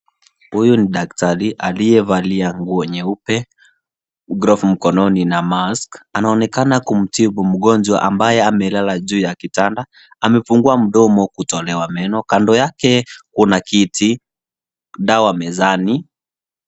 Huyu ni daktari aliyevalia nguo nyeupe glafu mkononi na mask anaonekana kumtibu mgonjwa ambaye amelala juu ya kitanda amefugua mdomo kutolewa meno, kando yake kuna kiti ,dawa mezani.